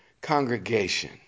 congregation